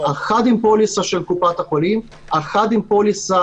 אחד עם פוליסה של קופת החולים אחד עם פוליסה